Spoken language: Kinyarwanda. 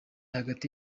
hagati